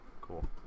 cool